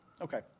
Okay